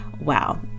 Wow